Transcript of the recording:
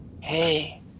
Hey